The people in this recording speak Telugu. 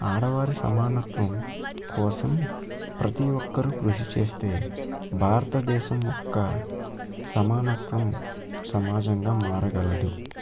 ఆడవారి సమానత్వం కోసం ప్రతి ఒక్కరు కృషి చేస్తే భారతదేశం యొక్క సమానత్వం సమాజంగా మారగలదు